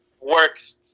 works